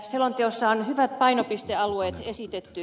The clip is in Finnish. selonteossa on hyvät painopistealueet esitetty